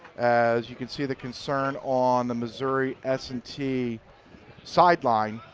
as you can see the concern on the missouri s and t sideline.